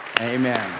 Amen